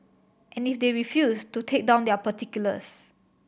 and if they refuse to take down their particulars